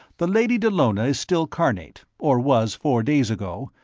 the lady dallona is still carnate, or was four days ago,